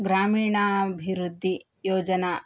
ग्रामीणाभिवृद्धियोजना